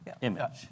image